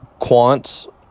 quants